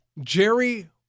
Jerry